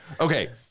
Okay